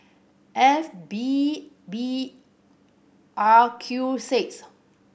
F P B R Q six